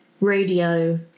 radio